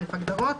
הגדרות.